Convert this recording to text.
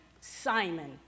Simon